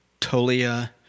Tolia